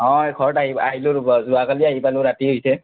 অঁ ঘৰত আহি আহিলোঁ ৰ'ব যোৱাকালি আহি পালোঁ ৰাতি হৈছে